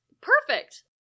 Perfect